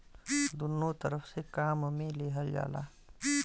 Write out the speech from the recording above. दुन्नो तरफ से काम मे लेवल जाला